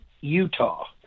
Utah